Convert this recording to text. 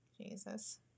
Jesus